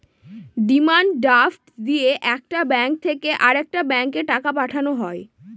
demand draft দিয়ে একটা bank থেকে আরেকটা ব্যাঙ্কে টাকা পাঠানো হয়